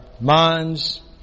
minds